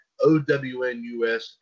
OWNUS